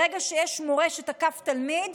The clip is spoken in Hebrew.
ברגע שיש מורה שתקף תלמיד,